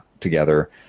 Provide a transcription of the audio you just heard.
together